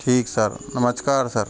ठीक सर नमस्कार सर